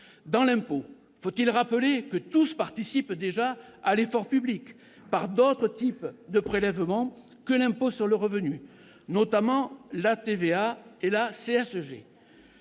dans l'impôt. Faut-il rappeler que tous participent déjà à l'effort public, par d'autres types de prélèvements que l'impôt sur le revenu, notamment la TVA et la CSG ?